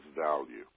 value